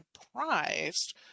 surprised